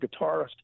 guitarist